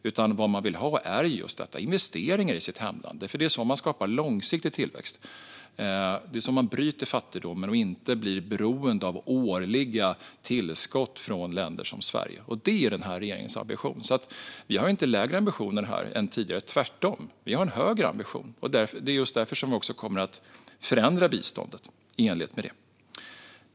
Det man vill ha är just investeringar i sitt hemland, för det är så man skapar långsiktig tillväxt. Det är så man bryter fattigdomen och inte blir beroende av årliga tillskott från länder som Sverige. Och det är den här regeringens ambition. Vi har alltså inte lägre ambition. Tvärtom - vi har en högre ambition. Det är just därför som vi också kommer att förändra biståndet i enlighet med det.